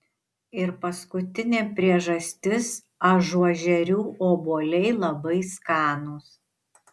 ir paskutinė priežastis ažuožerių obuoliai labai skanūs